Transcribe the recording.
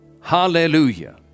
Hallelujah